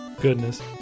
goodness